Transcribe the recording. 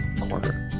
Corner